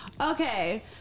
Okay